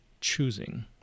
choosing